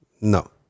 No